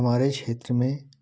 हमारे क्षेत्र में